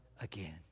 again